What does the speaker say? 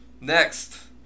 Next